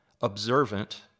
observant